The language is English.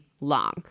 long